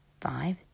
five